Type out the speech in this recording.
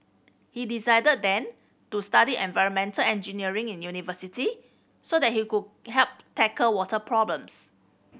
he decided then to study environmental engineering in university so that he could help tackle water problems